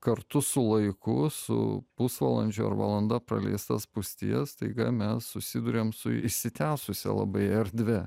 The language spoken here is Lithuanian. kartu su laiku su pusvalandžiu ar valanda praleista spūstyje staiga mes susiduriam su išsitęsusia labai erdve